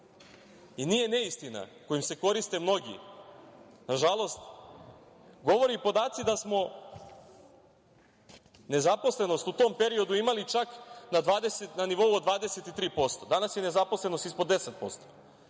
i nije neistina kojom se koriste mnogi, nažalost, govore podaci da smo nezaposlenost u tom periodu imali čak na nivou od 23%, a danas je nezaposlenost ispod 10%.